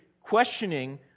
questioning